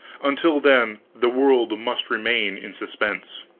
until then the world must remain in suspense.